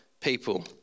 people